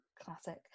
classic